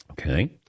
Okay